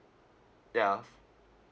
ya